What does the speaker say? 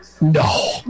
No